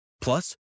Plus